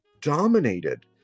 dominated